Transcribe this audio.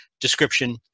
description